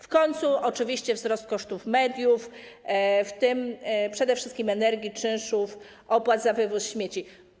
W końcu oczywiście to wzrost kosztów mediów, w tym przede wszystkim energii, czynszów, opłat za wywóz śmieci.